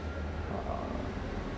uh